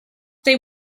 they